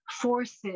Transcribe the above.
forces